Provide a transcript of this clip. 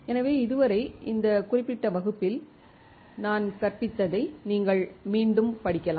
எனவே அதுவரை இந்த குறிப்பிட்ட வகுப்பில் நான் கற்பித்ததை நீங்கள் மீண்டும் படிக்கலாம்